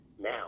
now